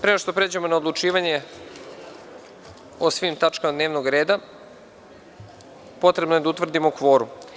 Pre nego što pređemo na odlučivanje o svim tačkama dnevnog reda potrebno je da utvrdimo kvorum.